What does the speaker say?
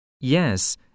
Yes